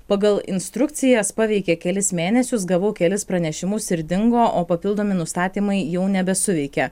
pagal instrukcijas paveikė kelis mėnesius gavau kelis pranešimus ir dingo o papildomi nustatymai jau nebesuveikia